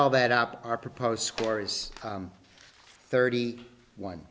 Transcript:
all that up our proposed scores thirty one